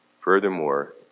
Furthermore